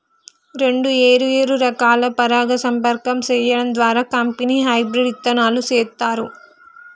రెండు ఏరు ఏరు రకాలను పరాగ సంపర్కం సేయడం ద్వారా కంపెనీ హెబ్రిడ్ ఇత్తనాలు సేత్తారు